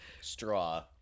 straw